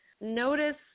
Notice